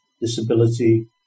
disability